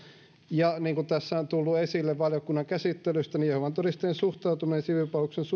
ja niin kuin tässä on tullut esille valiokunnan käsittelyssä jehovan todistajien suhtautuminen siviilipalveluksen